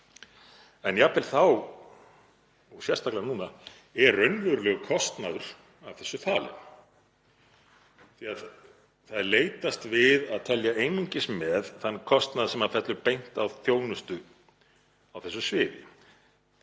En jafnvel þá, og sérstaklega núna, er raunverulegur kostnaður af þessu falinn því að leitast er við að telja einungis með þann kostnað sem fellur beint á þjónustu á þessu sviði.